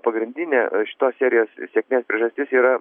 pagrindinė šitos serijos sėkmės priežastis yra